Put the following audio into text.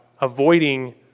avoiding